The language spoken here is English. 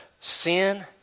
sin